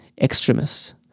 extremists